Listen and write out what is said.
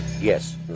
Yes